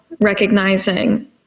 recognizing